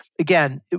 again